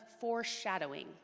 foreshadowing